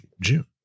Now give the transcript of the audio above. June